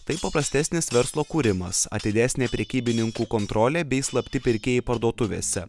tai paprastesnis verslo kūrimas atidesnė prekybininkų kontrolė bei slapti pirkėjai parduotuvėse